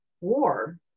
war